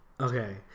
Okay